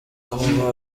aba